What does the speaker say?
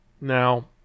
Now